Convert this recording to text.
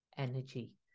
energy